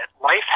life